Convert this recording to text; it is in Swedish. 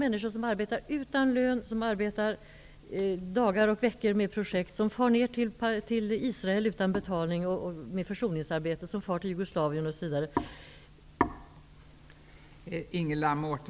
Människor arbetar utan lön, de arbetar dagar och veckor med projekt, de far ner till Israel utan betalning, de utför försoningsarbete, de far till Jugoslavien, osv.